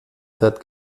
seit